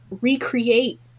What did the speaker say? recreate